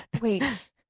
wait